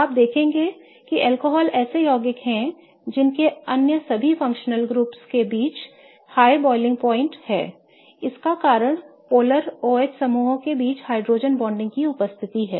आप देखेंगे कि अल्कोहल ऐसे यौगिक हैं जिनके अन्य सभी फंक्शनल ग्रुप के बीच उच्च क्वथनांक है इसका कारण ध्रुवीय OH समूहों के बीच हाइड्रोजन बॉन्डिंग की उपस्थिति है